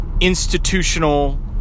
institutional